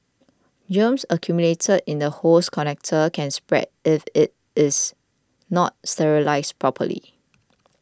germs accumulated in the hose connector can spread if it is not sterilised properly